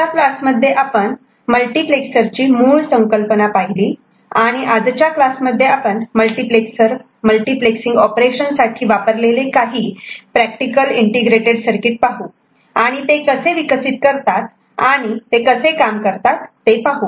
मागच्या क्लासमध्ये आपण मल्टिप्लेक्सरची मूळ संकल्पना पाहिली आणि आजच्या क्लासमध्ये आपण मल्टिप्लेक्सर मल्टिप्लेक्सिंग ऑपरेशन साठी वापरलेले काही प्रॅक्टिकल इंटिग्रेटेड सर्किट पाहू आणि ते कसे विकसित करतात आणि ते कसे काम करतात ते पाहू